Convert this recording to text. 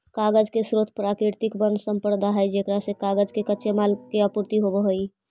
कागज के स्रोत प्राकृतिक वन्यसम्पदा है जेकरा से कागज के कच्चे माल के आपूर्ति होवऽ हई